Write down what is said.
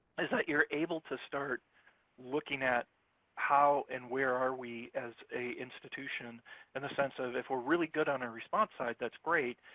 is that you're able to start looking at how and where are we as a institution in the sense of if we're good on our response side, that's great,